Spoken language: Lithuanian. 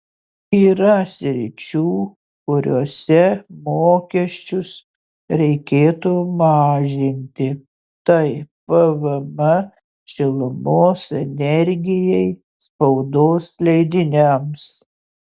yra sričių kuriose mokesčius reikėtų mažinti tai pvm šilumos energijai spaudos leidiniams